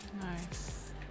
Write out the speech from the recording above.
Nice